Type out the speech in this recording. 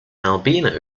albino